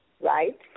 right